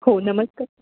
हो नमस्कार